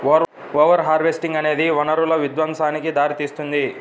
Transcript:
over harvesting అనేది వనరుల విధ్వంసానికి దారితీస్తుంది